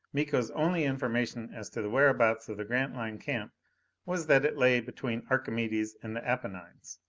miko's only information as to the whereabouts of the grantline camp was that it lay between archimedes and the apennines.